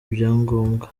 ibyangombwa